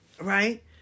right